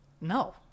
No